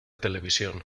televisión